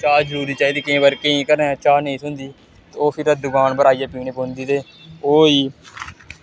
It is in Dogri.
चाह् चूह् दी चाहिदी केईं घरें चाह् नेईं थ्होंदी ओह् फिर दकान पर आइयै पीनै पौंदी ते ओह् होई गेई